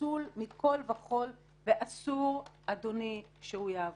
פסול מכל וכל, ואסור אדוני שהוא יעבור.